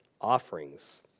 offerings